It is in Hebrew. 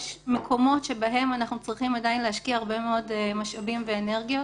יש מקומות שבהם אנחנו צריכים עדין להשקיע הרבה מאוד משאבים ואנרגיות